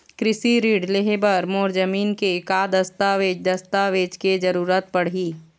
कृषि ऋण लेहे बर मोर जमीन के का दस्तावेज दस्तावेज के जरूरत पड़ही?